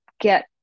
get